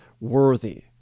worthy